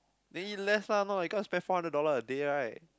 then eat less lah nor I got spend four hundred dollar a day right